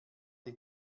die